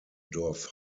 dorf